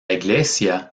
iglesia